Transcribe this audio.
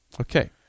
Okay